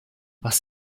was